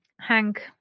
Hank